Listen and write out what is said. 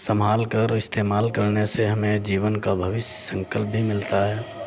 सम्भालकर इस्तेमाल करने से हमें जीवन का भविष्य संकल्प भी मिलता है